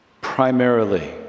primarily